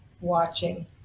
watching